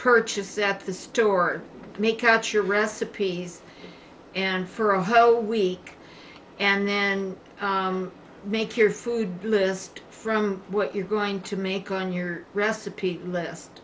purchase at the store make out your recipes and for a whole week and then make your food biggest from what you're going to make on your recipe list